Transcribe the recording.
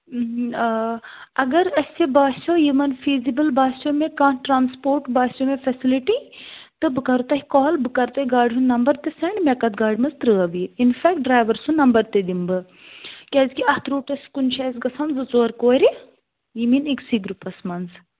آ اگر اَسہِ باسٮ۪و یِمَن فیٖزِبل باسٮ۪و مےٚ کانٛہہ ٹرٛانٕسپوٹ باسٮ۪و مےٚ فسیلِٹی تہٕ بہٕ کَرٕ تۄہہِ کال بہٕ کَرٕ تۄہہِ گاڑِ ہُنٛد نمبر تہِ سیٚنڈ مےٚ کتھ گاڑِ مَنٛز ترٛٲو یہِ اِنفیٚکٹ ڈرایوَر سُنٛد نمبر تہِ دِمہٕ بہٕ کیٛازکہِ اتھ روٗٹَس کُن چھِ اَسہِ گَژھان زٕ ژور کورِ یِم یِنۍ أکسٕے گرٛوٗپَس مَنٛز